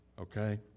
Okay